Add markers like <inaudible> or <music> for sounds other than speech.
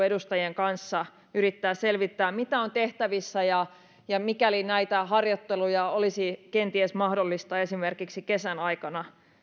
<unintelligible> edustajien kanssa yrittävät selvittää mitä on tehtävissä ja ja olisiko näitä harjoitteluja kenties mahdollista esimerkiksi kesän aikana